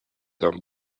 d’un